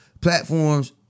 platforms